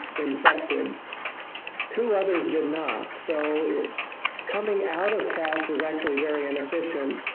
infected two others did not so coming out of cats is actually very inefficient.